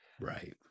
right